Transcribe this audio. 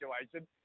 situation